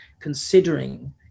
considering